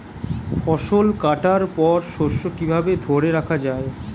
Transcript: ফসল কাটার পর শস্য কিভাবে ধরে রাখা য়ায়?